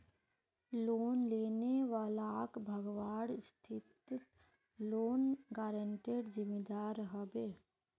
loan लेने वालाक भगवार स्थितित लोन गारंटरेर जिम्मेदार ह बे